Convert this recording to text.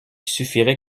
suffirait